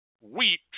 Wheat